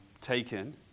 taken